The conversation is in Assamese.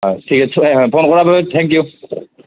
হয় ঠিক আছে ফোন কৰাৰ বাবে থেংক ইউ